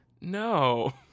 no